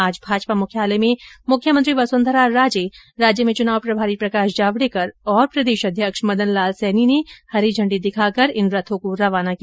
आज भाजपा मुख्यालय में मुख्यमंत्री वसुंधरा राजे राज्य में चुनाव प्रभारी प्रकाश जावडेकर और प्रदेशाध्यक्ष मदन लाल सैनी ने हरी ईझण्डी दिखाकर इन रथों को रवाना किया